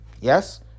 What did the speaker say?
yes